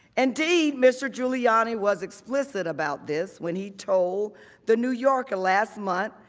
indeed, mr. giuliani was explicit about this when he told the new yorker last month,